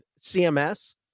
CMS